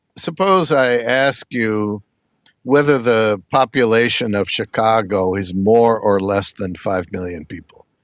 suppose i ask you whether the population of chicago is more or less than five million people,